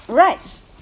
Right